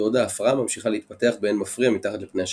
בעוד ההפרעה ממשיכה להתפתח באין מפריע מתחת לפני השטח.